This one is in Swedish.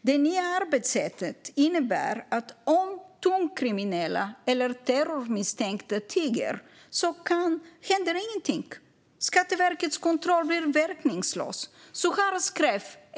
Det nya arbetssättet innebär att om tungt kriminella eller terrormisstänkta tiger händer ingenting. Skatteverkets kontroll blir verkningslös.